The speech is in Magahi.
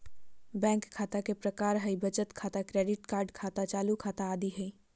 बैंक खता के प्रकार हइ बचत खाता, क्रेडिट कार्ड खाता, चालू खाता आदि हइ